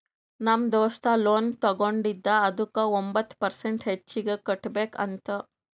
ನಮ್ ದೋಸ್ತ ಲೋನ್ ತಗೊಂಡಿದ ಅದುಕ್ಕ ಒಂಬತ್ ಪರ್ಸೆಂಟ್ ಹೆಚ್ಚಿಗ್ ಕಟ್ಬೇಕ್ ಅಂತ್